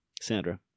Sandra